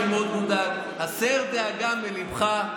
שמאוד מודאג: הסר דאגה מליבך,